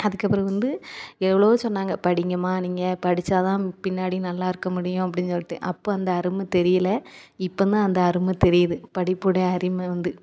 அதுக்கு அப்புறம் வந்து எவ்வளவோ சொன்னாங்க படிங்கம்மா நீங்கள் படிச்சால் தான் பின்னாடி நல்லா இருக்கற முடியும் அப்படினு சொல்லிட்டு அப்போ அந்த அருமை தெரியலை இப்போ தான் அந்த அருமை தெரியிது படிப்புடைய அருமை வந்து